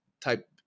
type